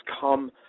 come